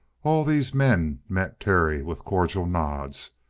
all these men met terry with cordial nods,